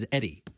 Eddie